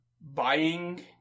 buying